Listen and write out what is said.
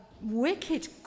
wicked